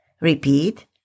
Repeat